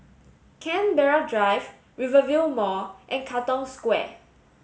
Canberra Drive Rivervale Mall and Katong Square